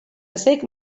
ezik